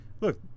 look